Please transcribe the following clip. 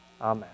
amen